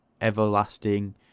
everlasting